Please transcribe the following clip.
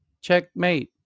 Checkmate